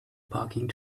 parking